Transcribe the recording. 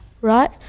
right